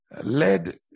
led